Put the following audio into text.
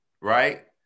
right